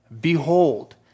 behold